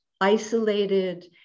isolated